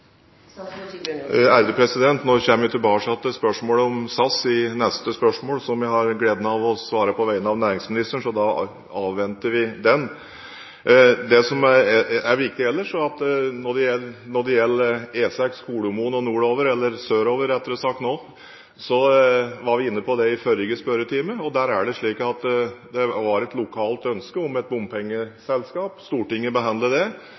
Nå kommer vi tilbake til spørsmålet om SAS i neste spørsmål, som jeg har gleden av å svare på på vegne av næringsministeren, så da avventer vi det. Det som er viktig ellers når det gjelder E6 Kolomoen og nordover – eller rettere sagt sørover nå – var vi inne på i forrige spørretime. Der er det slik at det var et lokalt ønske om et bompengeselskap. Stortinget behandlet det